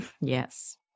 Yes